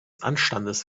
anstandes